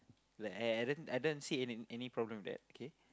then then I don't I don't see any any problem with that okay